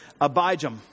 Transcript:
Abijam